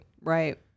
Right